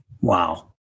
Wow